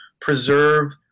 preserve